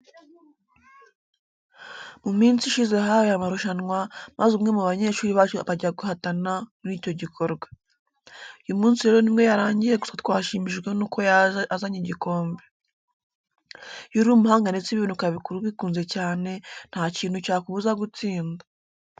Mu minsi ishize habaye amarushanwa, maze umwe mu banyeshuri bacu bajya guhatana muri icyo gikorwa. Uyu munsi rero ni bwo yarangiye gusa twashimishijwe nuko yaje azanye igikombe. Iyo uri umuhanga ndetse ibintu ukabikora ubikunze cyane, nta kintu cyakubuza gutsinda.